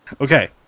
Okay